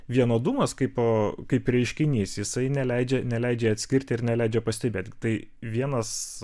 vienodumas kaipo kaip reiškinys jisai neleidžia neleidžia atskirti ir neleidžia pastebėti tai vienas